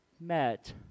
met